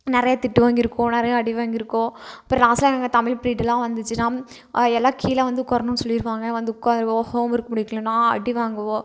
நிறையா திட்டு வாங்கியிருக்கோம் நிறைய அடி வாங்கியிருக்கோம் அப்புறம் லாஸ்ட்டாக எங் எங்கள் தமிழ் பிரீட்ருலாம் வந்துச்சின்னால் எல்லாம் கீழே வந்து உட்கார்ணுன் சொல்லிடுவாங்க வந்து உட்காருவோம் ஹோம் ஒர்க் முடிக்கலைன்னா அடி வாங்குவோம்